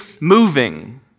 moving